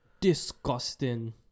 Disgusting